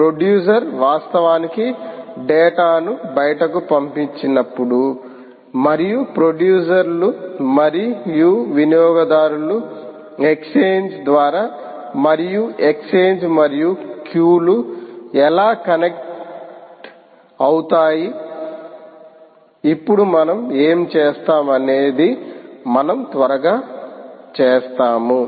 producer వాస్తవానికి data ను బయటకు పంపించినప్పుడు మరియు ప్రొడ్యూసర్ లు మరియు వినియోగదారులు ఎక్స్ఛేంజ్ ద్వారా మరియు ఎక్స్ఛేంజ్ మరియు క్యూలు ఎలా కనెక్ట్ అవుతాయి ఇప్పుడు మనం ఏమి చేస్తాం అనేది మనం త్వరగా చేస్తాము